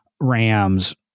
rams